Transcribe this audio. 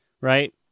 right